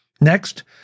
Next